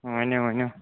ؤنِو ؤنِو